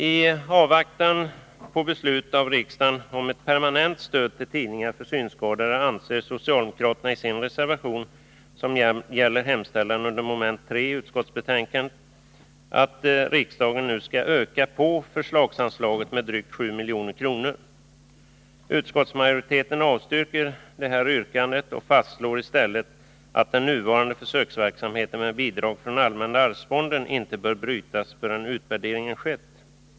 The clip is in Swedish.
I avvaktan på beslut av riksdagen om ett permanent stöd till tidningar för synskadade yrkar socialdemokraterna i sin reservation, som gäller hemställan under mom. 3 i utskottsbetänkandet, att riksdagen nu skall öka på förslagsanslaget med drygt 7 milj.kr. Utskottsmajoriteten avstyrker detta yrkande och fastslår i stället att den nuvarande försöksverksamheten med bidrag från allmänna arvsfonden inte bör brytas förrän utvärderingen skett.